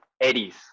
eddies